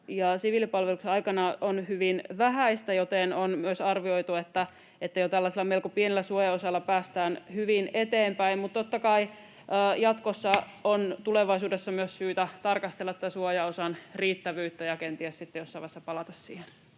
siviilipalveluksen aikana on hyvin vähäistä, joten on myös arvioitu, että jo tällaisella melko pienellä suojaosalla päästään hyvin eteenpäin, mutta totta kai jatkossa, tulevaisuudessa on myös syytä tarkastella tätä suojaosan riittävyyttä ja kenties sitten jossain vaiheessa palata siihen.